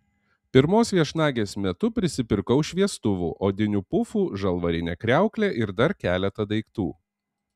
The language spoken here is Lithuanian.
pirmos viešnagės metu prisipirkau šviestuvų odinių pufų žalvarinę kriauklę ir dar keletą daiktų